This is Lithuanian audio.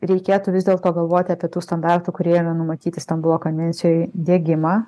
reikėtų vis dėlto galvoti apie tų standartų kurie yra numatyti stambulo konvencijoj diegimą